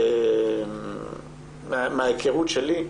ומההיכרות שלי,